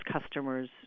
customers